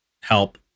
help